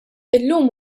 illum